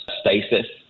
stasis